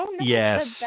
yes